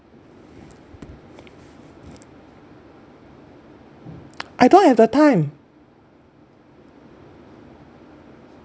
I don't have the time